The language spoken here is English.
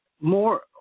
more